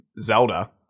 Zelda